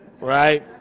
right